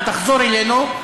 ותחזור אלינו,